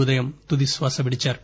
ఉదయం తుదిశ్వాస విడిచారు